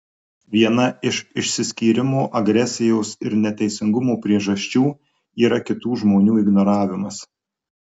viena iš išsiskyrimo agresijos ir neteisingumo priežasčių yra kitų žmonių ignoravimas